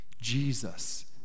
Jesus